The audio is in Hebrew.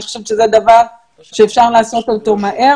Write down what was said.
אני חושבת שזה הדבר שאפשר לעשות אותו מהר